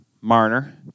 Marner